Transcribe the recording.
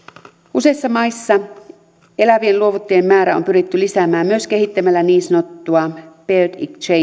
useissa maissa elävien luovuttajien määrää on pyritty lisäämään myös kehittämällä niin sanottua paired